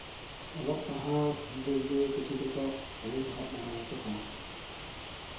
ᱚᱞᱚᱜ ᱯᱟᱲᱦᱟᱣ ᱫᱤᱠ ᱫᱤᱭᱮ ᱠᱤᱪᱷᱩ ᱫᱚᱠᱚ ᱮᱢ ᱥᱚᱦᱚᱫ ᱫᱟᱲᱮᱭᱟᱠᱚ ᱠᱟᱱᱟ